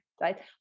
right